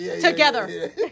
together